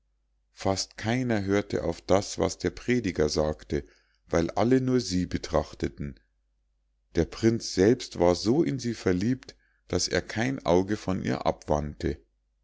fast keiner hörte auf das was der prediger sagte weil alle nur sie betrachteten der prinz selbst war so in sie verliebt daß er kein auge von ihr abwandte